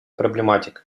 проблематика